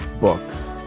books